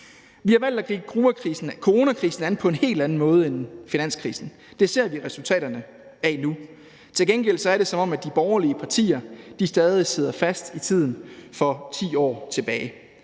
Vi har valgt at gribe coronakrisen an på en helt anden måde end finanskrisen. Det ser vi resultaterne af nu. Til gengæld er det, som om de borgerlige partier stadig sidder fast i tiden 10 år tilbage.